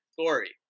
Story